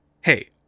Hey